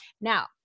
Now